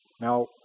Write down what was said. Now